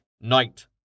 Knight